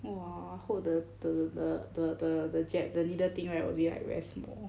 !wah! I hope the the the the the the jab the needle thing will be like damn small